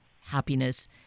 happiness